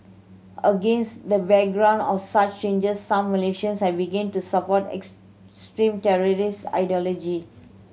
against the backdrop of such changes some Malaysians have begin to support extremist terrorist ideology